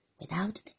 without